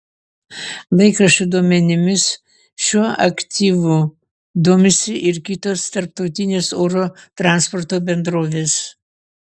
laikraščio duomenimis šiuo aktyvu domisi ir kitos tarptautinės oro transporto bendrovės